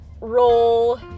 roll